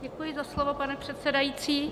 Děkuji za slovo, pane předsedající.